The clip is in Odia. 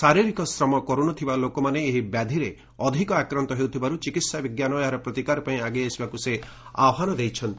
ଶାରୀରିକ ଶ୍ରମ କରୁନଥିବା ଲୋକମାନେ ଏହି ବ୍ୟାଧିରେ ଅଧିକ ଆକ୍ରାନ୍ତ ହେଉଥିବାରୁ ଚିକିତ୍ସା ବିଜ୍ଞାନ ଏହାର ପ୍ରତିକାର ପାଇଁ ଆଗେଇ ଆସିବାକୁ ସେ ଆହ୍ପାନ ଦେଇଛନ୍ତି